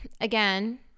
again